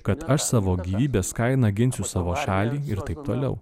kad aš savo gyvybės kaina ginsiu savo šalį ir taip toliau